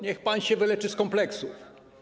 Niech pan się wyleczy z kompleksów.